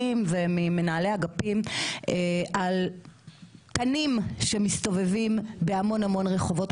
וממנהלי אגפים על תנים שמסתובבים בהמון המון רחובות,